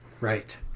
Right